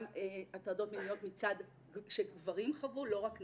גם הטרדות מיניות שגברים חוו, לא רק נשים.